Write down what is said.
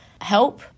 help